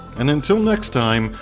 and until next time,